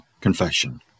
confession